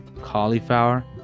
cauliflower